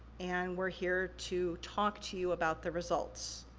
and we're here to talk to you about the results.